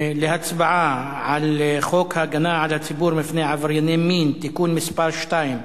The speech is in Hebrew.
להצבעה על חוק הגנה על הציבור מפני עברייני מין (תיקון מס' 2),